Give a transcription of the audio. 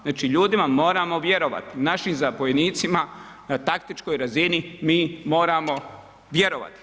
Znači ljudima moramo vjerovati, našim zapovjednicima na taktičkoj razini mi moramo vjerovati.